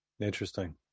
Interesting